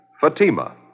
Fatima